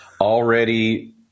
already